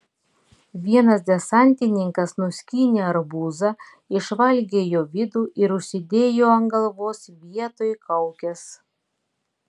vienas desantininkas nuskynė arbūzą išvalgė jo vidų ir užsidėjo ant galvos vietoj kaukės